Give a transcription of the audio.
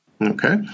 Okay